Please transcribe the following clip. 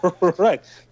Right